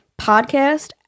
podcast